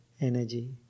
Energy